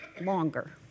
longer